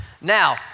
Now